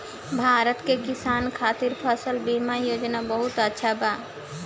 भारत के किसान खातिर फसल बीमा योजना बहुत अच्छा बा